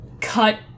cut